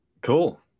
Cool